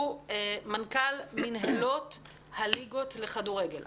שהוא מנכ"ל מינהלת הליגות לכדורגל.